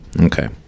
Okay